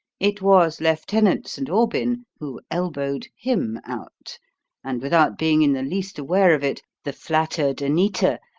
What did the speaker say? it was lieutenant st. aubyn who elbowed him out and without being in the least aware of it, the flattered anita,